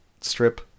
strip